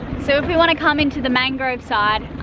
so, if we wanna come into the mangrove side,